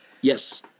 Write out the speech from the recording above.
Yes